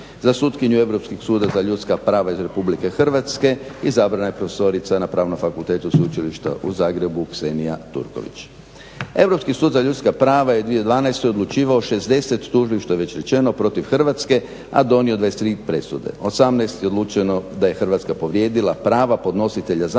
Za sutkinju Europskog suda za ljudska prava iz RH, izabrana je profesorica na Pravnom fakultetu Sveučilišta u Zagrebu, Ksenija Turković. Europski sud za ljudska prava je u 2012. odlučivao 60 tužbi, što je već rečeno protiv Hrvatske, a donio 23 presude. 18 je odlučeno da je Hrvatska povrijedila prava podnositelja zahtjeva, a